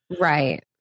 Right